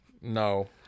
No